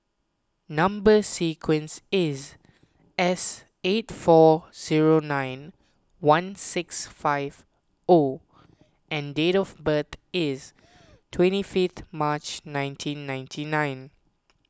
Number Sequence is S eight four zero nine one six five O and date of birth is twenty fifth March nineteen ninety nine